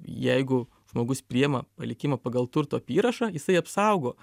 jeigu žmogus priima palikimą pagal turto apyrašą jisai apsaugo